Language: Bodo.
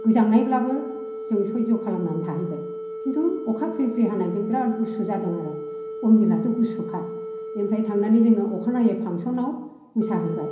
गोजांनायब्लाबो जों सयज' खालामनानै थाहैबाय खिन्थु अखा फ्रि फ्रि हानायजों बिराद गुसु जादों आरो बमदिलआथ' गुसुखा बेनिफ्राय थांनानै जोङो अखानायै फांसनआव मोसाहैबाय